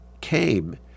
came